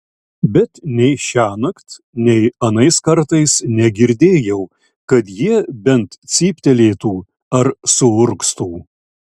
bet nei šiąnakt nei anais kartais negirdėjau kad jie bent cyptelėtų ar suurgztų